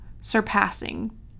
surpassing